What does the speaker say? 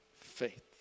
faith